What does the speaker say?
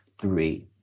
three